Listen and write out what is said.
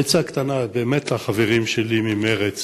עצה קטנה, באמת, לחברים שלי ממרצ